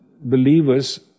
believers